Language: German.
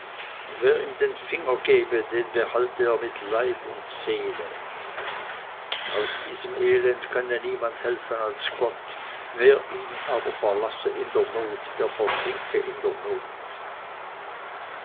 und wer ihm den finger gebe den behalte er mit leib und seele aus diesem elend könne niemand helfen als gott wer ihn aber verlasse in der not der versinke in der not